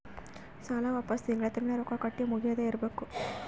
ಸಾಲ ವಾಪಸ್ ತಿಂಗಳಾ ತಿಂಗಳಾ ರೊಕ್ಕಾ ಕಟ್ಟಿ ಮುಗಿಯದ ಇರ್ಬೇಕು